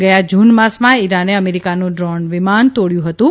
ગયા જૂન માસમાં ઈરાને અમેરીકાનું ડ્રોણ વિમાન તોડ્યું હતું